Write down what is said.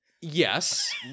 Yes